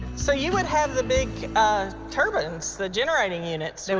so you would have the big turbines, the generating units. so